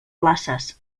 places